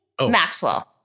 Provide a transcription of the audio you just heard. Maxwell